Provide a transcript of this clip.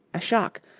a shock,